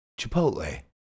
Chipotle